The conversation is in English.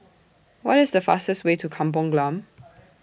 What IS The fastest Way to Kampung Glam